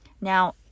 Now